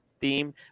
theme